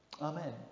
Amen